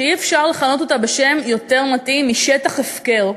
שאי-אפשר לכנות אותה בשם יותר מתאים מ"שטח הפקר",